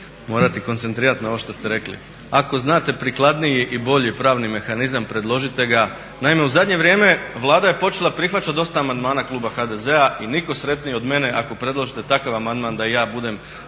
morati koncentrirati na ovo što ste rekli. Ako znate prikladniji i bolji pravni mehanizam predložite ga. Naime u zadnje vrijeme Vlada je počela prihvaćati dosta amandmana kluba HDZ-a i nitko sretniji od mene ako predložite takav amandman da i ja budem